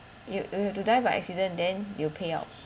you you have to die by accident then they'll payout